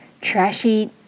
trashy